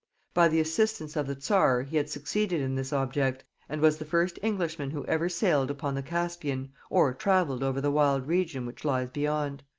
by the assistance of the czar he had succeeded in this object, and was the first englishman who ever sailed upon the caspian, or travelled over the wild region which lies beyond.